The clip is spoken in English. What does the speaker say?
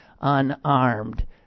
unarmed